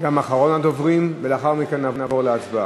גם אחרון הדוברים, ולאחר מכן נעבור להצבעה.